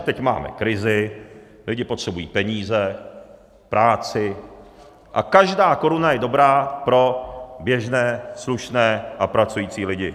Teď máme krizi, lidi potřebují peníze, práci a každá koruna je dobrá pro běžné slušné a pracující lidi.